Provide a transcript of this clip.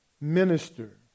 minister